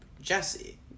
jesse